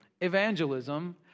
evangelism